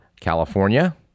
California